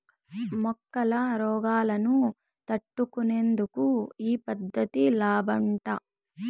మొక్కల రోగాలను తట్టుకునేందుకు ఈ పద్ధతి లాబ్మట